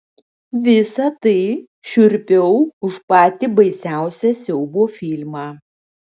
visa tai šiurpiau už patį baisiausią siaubo filmą